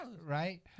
Right